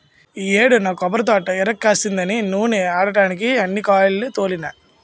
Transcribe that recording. ఈ యేడు నా కొబ్బరితోట ఇరక్కాసిందని నూనే ఆడడ్డానికే అన్ని కాయాల్ని తోలినా